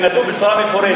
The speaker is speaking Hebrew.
ונדון בצורה מפורטת.